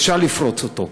אפשר לפרוץ אותו.